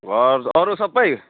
घर अरू सबै